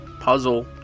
puzzle